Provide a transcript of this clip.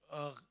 uh